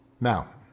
Now